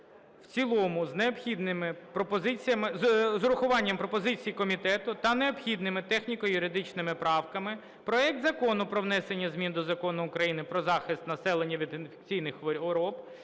з урахуванням пропозицій комітету та необхідними техніко-юридичними правками проекту Закону про внесення змін до Закону України "Про захист населення інфекційних хвороб"